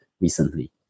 recently